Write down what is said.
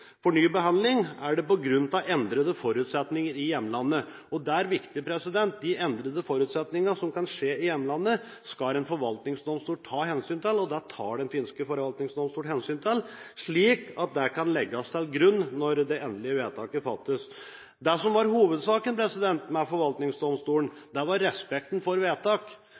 for ny behandling, er det på grunn av endrede forutsetninger i hjemlandet. Og det er viktig: De endrede forutsetningene som kan skje i hjemlandet, skal en forvaltningsdomstol ta hensyn til, og det tar den finske forvaltningsdomstolen hensyn til, slik at det kan legges til grunn når det endelige vedtaket fattes. Det som var hovedsaken med forvaltningsdomstolen, var respekten for vedtak.